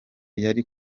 yari